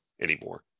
anymore